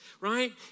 right